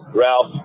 Ralph